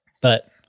But-